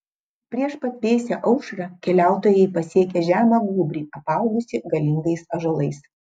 prieš pat vėsią aušrą keliautojai pasiekė žemą gūbrį apaugusį galingais ąžuolais